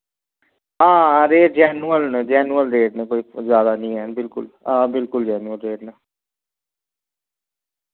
हां rate genuine न genuine rate न कोई ज्यादा निं ऐ बिल्कुल हां बिल्कुल जैनुअन रेट न